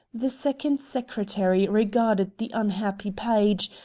the second secretary regarded the unhappy page,